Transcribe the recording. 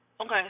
Okay